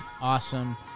awesome